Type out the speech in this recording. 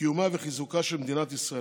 לקיומה וחיזוקה של מדינת ישראל.